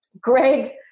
Greg